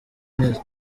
neza